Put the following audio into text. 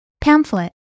pamphlet